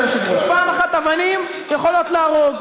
אדוני היושב-ראש: 1. אבנים יכולות להרוג.